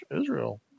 Israel